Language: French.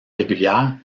régulière